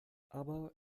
aber